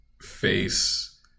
face